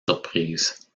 surprise